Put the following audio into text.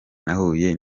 nahuye